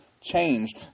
changed